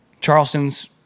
Charleston's